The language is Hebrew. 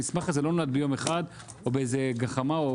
המסמך הזה לא נולד ביום אחד או באיזה גחמה או